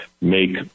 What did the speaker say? make